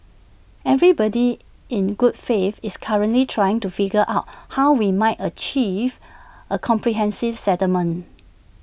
everybody in good faith is currently trying to figure out how we might achieve A comprehensive settlement